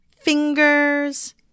fingers